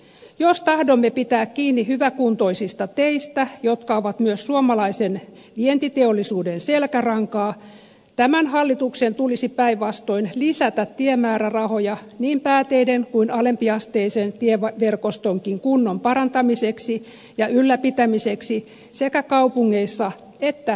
jos tahdomme pitää kiinni hyväkuntoisista teistä jotka ovat myös suomalaisen vientiteollisuuden selkärankaa tämän hallituksen tulisi päinvastoin lisätä tiemäärärahoja niin pääteiden kuin alempiasteisen tieverkostonkin kunnon parantamiseksi ja ylläpitämiseksi sekä kaupungeissa että maaseudulla